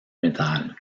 métal